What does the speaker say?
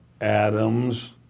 Adams